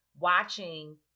watching